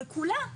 כולה.